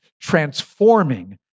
transforming